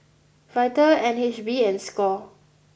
Vital N H B and Score